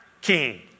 king